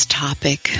topic